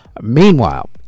Meanwhile